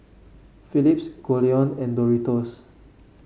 Philips Goldlion and Doritos